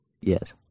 Yes